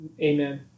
Amen